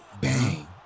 Bang